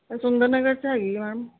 ਇਹ ਸੁੰਦਰ ਨਗਰ 'ਚ ਹੈਗੀ ਹੈ ਮੈਮ